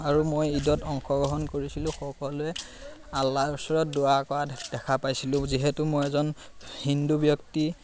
আৰু মই ঈদত অংশগ্ৰহণ কৰিছিলোঁ সকলোৱে আল্লাৰ ওচৰত দোৱা কৰা দেখা পাইছিলোঁ যিহেতু মই এজন হিন্দু ব্যক্তি